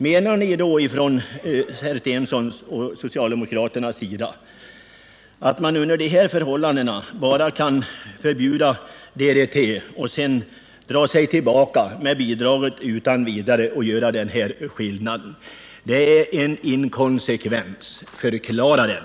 Menar herr Stensson och socialdemokraterna att man under sådana förhållanden bara kan förbjuda DDT och sedan efter några år dra in bidraget och göra skillnad mellan skador på 1975 och 1976 års planteringar å ena sidan och på 1977 och 1978 års å den andra? Det är en inkonsekvens! Förklara den!